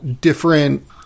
different